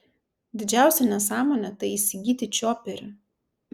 didžiausia nesąmonė tai įsigyti čioperį